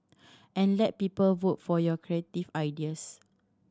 and let people vote for your creative ideas